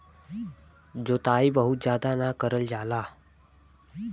जोताई बहुत जादा ना करल जाला